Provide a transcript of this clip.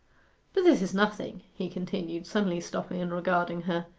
but this is nothing he continued, suddenly stopping and regarding her.